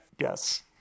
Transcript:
Yes